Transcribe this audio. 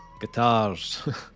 guitars